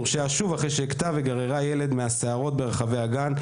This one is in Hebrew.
הורשעה שוב אחרי שהיכתה וגררה ילד מהשערות ברחבי הגן.